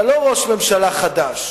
אתה לא ראש ממשלה חדש.